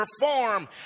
perform